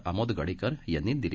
आमोद गडीकर यांनी दिली